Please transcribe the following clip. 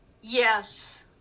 Yes